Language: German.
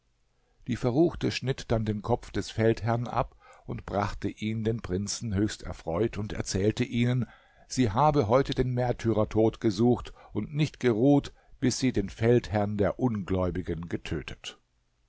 die verruchte schnitt dann den kopf des feldherrn ab und brachte ihn den prinzen höchst erfreut und erzählte ihnen sie habe heute den märtyrertod gesucht und nicht geruht bis sie den feldherrn der ungläubigen getötet